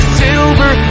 silver